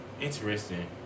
interesting